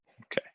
okay